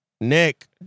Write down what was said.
Nick